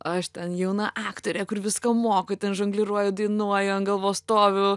aš ten jauna aktorė kur viską moku ten žongliruoju dainuoju an galvos stoviu